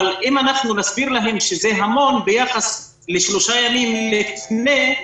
אבל אם אנחנו נסביר להם שזה המון ביחס לשלושה ימים לפני כן,